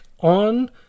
on